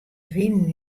wienen